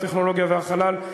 הטכנולוגיה והחלל,